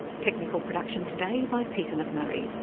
technical production today by peter mcmurray.